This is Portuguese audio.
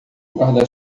guarda